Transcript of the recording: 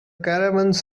caravans